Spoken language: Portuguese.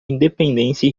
independência